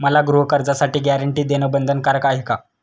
मला गृहकर्जासाठी गॅरंटी देणं बंधनकारक आहे का?